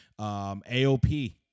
AOP